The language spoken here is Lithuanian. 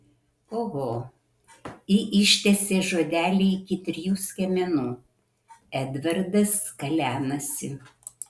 oho ji ištęsė žodelį iki trijų skiemenų edvardas kalenasi